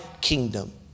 kingdom